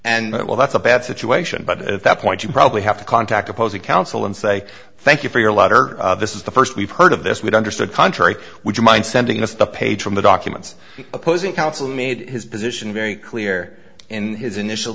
it will that's a bad situation but at that point you probably have to contact opposing counsel and say thank you for your letter this is the first we've heard of this we'd understood contrary would you mind sending us the page from the documents opposing counsel who made his position very clear in his initial